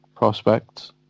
prospects